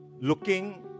looking